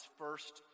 first